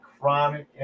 chronic